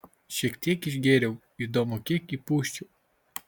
šiek tiek išgėriau įdomu kiek įpūsčiau